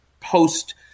post